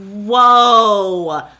Whoa